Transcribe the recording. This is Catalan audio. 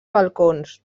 balcons